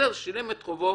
אז זהו, הוא שילם את חובו